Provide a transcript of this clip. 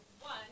One